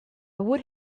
would